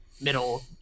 middle